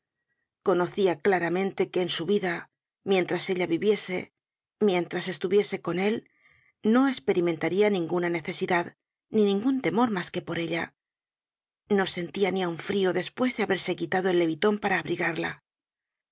conocia claramente que en su vida mientras ella viviese mientras estuviese con él no esperimentaria ninguna necesidad ni ningun temor mas que por ella no sentia ni aun trio despues de haberse quitado el leviton para abrigarla